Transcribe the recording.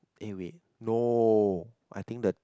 eh wait no I think the